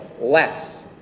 less